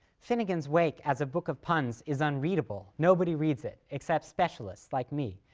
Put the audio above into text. finnegans wake as a book of puns is unreadable. nobody reads it except specialists like me.